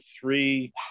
three